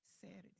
Saturday